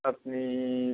আপনি